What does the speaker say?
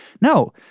no